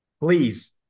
please